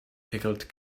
pickled